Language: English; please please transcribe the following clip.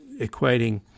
equating